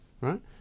right